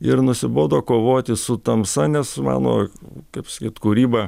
ir nusibodo kovoti su tamsa nes mano kaip sakyti kūryba